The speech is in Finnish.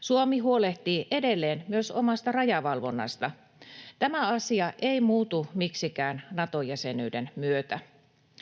Suomi huolehtii edelleen myös omasta rajavalvonnastaan. Tämä asia ei muutu miksikään Nato-jäsenyyden myötä.